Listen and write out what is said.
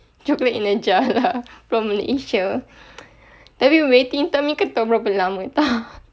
chocolate in a jar lah from malaysia tapi waiting time ni kau tahu berapa lama tak